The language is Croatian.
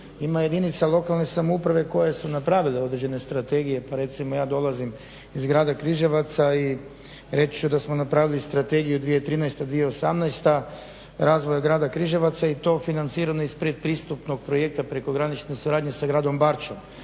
Ima jedinica lokalne samouprave koje su napravile određene strategije pa recimo ja dolazim iz grada Križevaca i reći ću da smo napravili strategiju 2013.-2018.razvoja grada Križevaca i to financirano iz predpristupnog projekta prekogranične suradnje sa gradom Barčom.